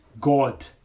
God